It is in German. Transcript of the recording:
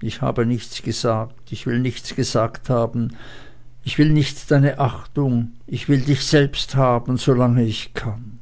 ich habe nichts gesagt ich will nichts gesagt haben ich will nicht deine achtung ich will dich selbst haben solange ich kann